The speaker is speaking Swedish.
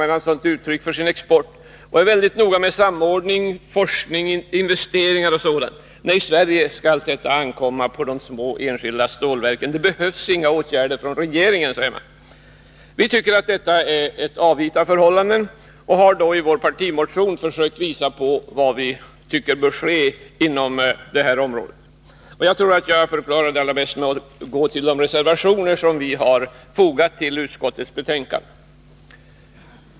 Vidare satsar man i dessa länder mycket på forskning och investeringar. Men i Sverige skall allt detta ankomma på de enskilda stålverken. Det behövs inget ingripande från staten, säger regeringen. Vi tycker att detta är ett avvita förhållande och har i vår partimotion försökt visa på vad vi anser bör ske inom området. Jag tror att jag förklarar det bäst med att gå till de reservationer som vi har fogat till utskottets betänkande.